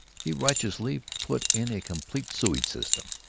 he righteously put in a complete sewage-system.